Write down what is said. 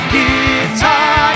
Guitar